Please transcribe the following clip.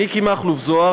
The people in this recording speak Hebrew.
מיקי מכלוף זוהר,